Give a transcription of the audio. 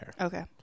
okay